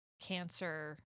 cancer